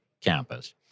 campus